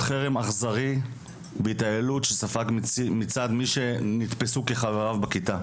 חרם אכזרי והתעללות מצד חבריו בכיתה.